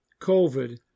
COVID